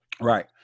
right